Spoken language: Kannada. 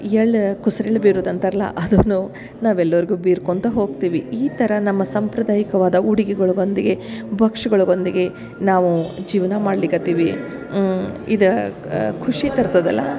ಎಳ್ಳು ಕುಸ್ರೆಳು ಬೀರುದು ಅಂತರಲ್ಲ ಅದುನು ನಾವು ಎಲ್ಲರಿಗು ಬೀರ್ಕೊಳ್ತಾ ಹೋಗ್ತೀವಿ ಈ ಥರ ನಮ್ಮ ಸಾಂಪ್ರದಾಯಿಕವಾದ ಉಡುಗಿಗಳ್ಗೊಂದ್ಗಿ ಭಕ್ಷ್ಯಗಳ್ಗೊಂದ್ಗಿ ನಾವು ಜೀವನ ಮಾಡ್ಲಿಕತ್ತೀವಿ ಇದ ಕುಷಿ ತರ್ತದಲ್ಲ